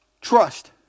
trust